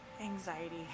anxiety